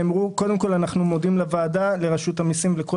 אנחנו מודים לוועדה ולרשות המיסים ולכל